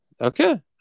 Okay